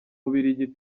bubiligi